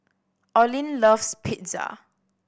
Olin loves Pizza